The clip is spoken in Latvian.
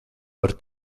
varu